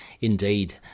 indeed